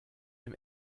dem